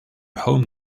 home